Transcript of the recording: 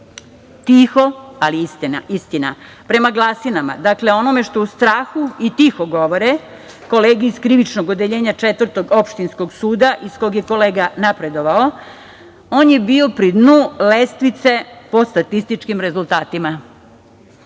tiho, ali istina. Prema glasinama, dakle onome što u strahu i tiho govore kolege iz Krivičnog odeljenja Četvrtog opštinskog suda iz kog je kolega napredovao, on je bio pri dnu lestvice po statističkim rezultatima,